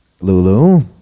Lulu